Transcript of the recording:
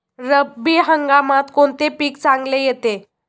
रब्बी हंगामात कोणते पीक चांगले येते?